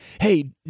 hey